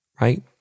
right